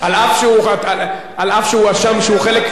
אף שהוא הואשם שהוא חלק,